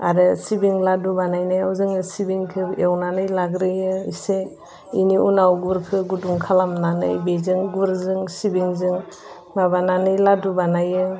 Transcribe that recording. आरो सिबिं लाडु बानायनायाव जोङो सिबिंखौ एवनानै लाग्रोयो एसे बेनि उनाव गुरखौ गुदुं खालामनानै बेजों गुरजों सिबिंजों माबानानै लाडु बानायो